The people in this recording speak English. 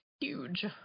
huge